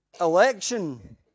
election